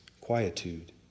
quietude